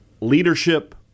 leadership